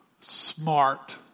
smart